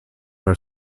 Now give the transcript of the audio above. are